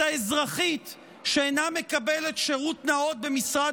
את האזרחית שאינה מקבלת שירות נאות במשרד